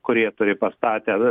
kurie turi pastatę